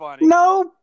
no